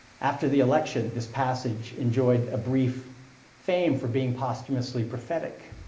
after the election, this passage enjoyed a brief fame for being posthumously prophetic.